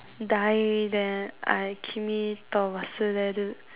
die then